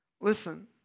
Listen